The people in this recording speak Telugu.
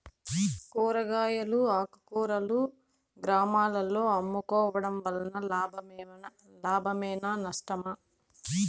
కూరగాయలు ఆకుకూరలు గ్రామాలలో అమ్ముకోవడం వలన లాభమేనా నష్టమా?